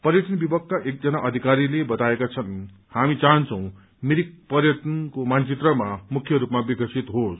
पर्यटन विभागका एकजना अधिकारीले बताएका छन् हामी चाहन्छौं मिरिक पर्यटनको मानचित्रमा प्रमुख रूपले विकसित रहुन्